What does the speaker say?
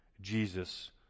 Jesus